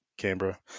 canberra